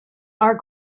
are